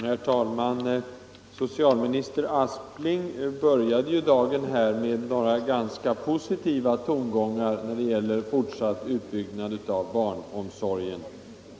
Herr talman! Socialministern började dagen med några ganska positiva tongångar när det gäller den fortsatta utbyggnaden av barnomsorgen.